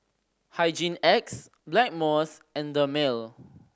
Hygin X Blackmores and Dermale